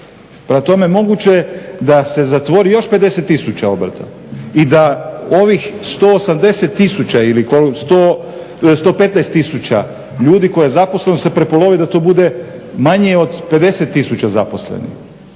Prema tome, moguće je da se zatvori još 50 tisuća obrta i da ovih 180 tisuća ili 115 tisuća ljudi koje je zaposleno se prepolovi da to bude manje od 50 tisuća zaposlenih.